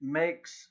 makes